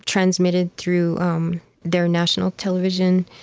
transmitted through um their national television,